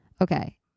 okay